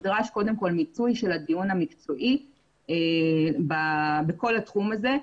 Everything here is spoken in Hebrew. נדרש קודם כל מיצוי של הדיון המקצועי בכל התחום הזה.